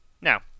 Now